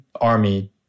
army